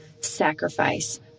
sacrifice